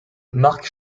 marque